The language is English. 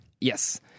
yes